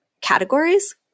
categories